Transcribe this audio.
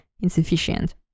insufficient